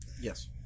Yes